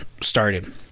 started